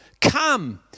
come